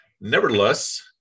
Nevertheless